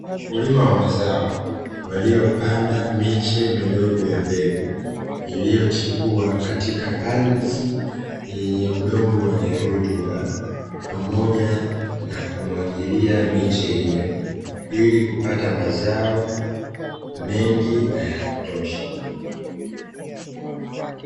Wakulima wa mazao, waliopanda miche midogo ya mbegu, iliyo chipua katika ardhi yenye udongo wenye rutuba, pamoja na kumwagilia miche hiyo ili kupata mazao mengi na ya kutosha.